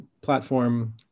platform